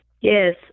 Yes